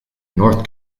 north